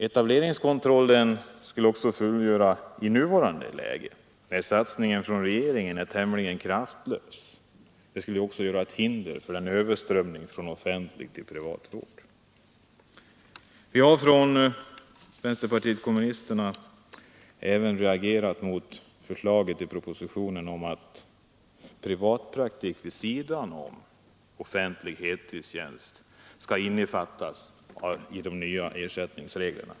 Etableringskontroll skulle också fungera i nuvarande läge, när regeringens satsning är tämligen kraftlös. Den kontrollen skulle Måndagen den Be, gering 8 g' 2 även utgöra ett hinder för en överströmning från offentlig till privat vård. 27 maj 1974 7 Vi har från vänsterpartiet kommunisterna också reagerat mot propo Ersättningsregler för sitionsförslaget att privatpraktik vid sidan om offentlig heltidstjänst skall läkarvård hos privatinnefattas i de nya ersättningsreglerna.